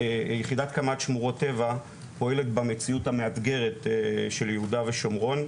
יחידת קמ"ט שמורות טבע פועלת במציאות המאתגרת של יהודה ושומרון,